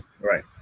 Right